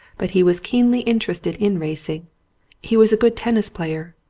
but he was keenly interested in racing he was a good tennis player,